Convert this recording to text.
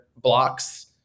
blocks